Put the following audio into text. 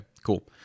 Cool